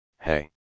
hey